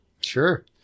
Sure